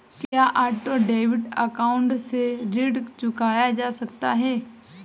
क्या auto debit account से ऋण चुकाया जा सकता है?